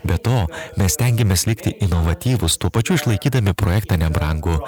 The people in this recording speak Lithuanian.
be to mes stengiamės likti inovatyvūs tuo pačiu išlaikydami projektą nebrangų